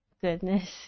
goodness